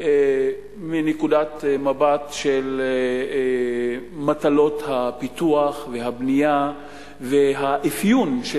מנקודת מבט של מטלות הפיתוח והבנייה והאפיון של